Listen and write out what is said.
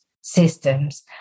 systems